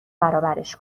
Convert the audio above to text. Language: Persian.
برابرش